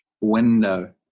window